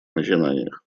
начинаниях